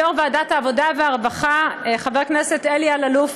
ליושב-ראש ועדת העבודה והרווחה חבר הכנסת אלי אלאלוף,